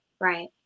Right